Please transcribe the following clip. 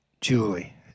Julie